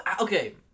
Okay